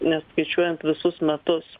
neskaičiuojant visus metus